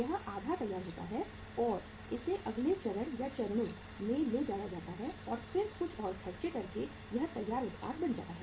यह आधा तैयार होता है और इसे अगले चरण या चरणों में ले जाया जाता है और फिर कुछ और खर्चे करके यह तैयार उत्पाद बन जाता है